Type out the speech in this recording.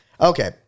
Okay